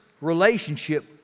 relationship